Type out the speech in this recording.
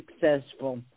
successful